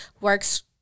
works